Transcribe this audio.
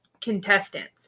contestants